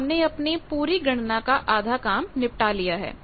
तो हमने अपनी पूरी गणना का आधा काम निपटा लिया है